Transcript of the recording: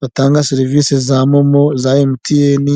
batanga serivisi za momo za MTN.